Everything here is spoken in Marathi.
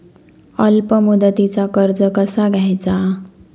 अल्प मुदतीचा कर्ज कसा घ्यायचा?